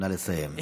נא לסיים.